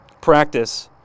practice